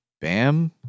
Bam